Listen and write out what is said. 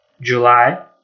July